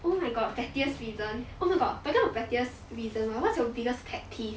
oh my god pettiest reason oh my god talking about pettiest reason right what's your biggest pet peeve